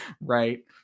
right